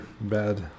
Bad